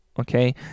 okay